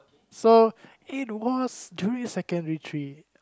so it was during secondary three